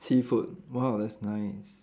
seafood !wah! that's nice